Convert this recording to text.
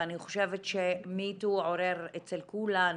ואני חושבת ש-Me too עורר אצל כולנו,